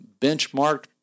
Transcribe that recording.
benchmarked